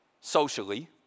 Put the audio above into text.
socially